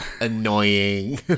annoying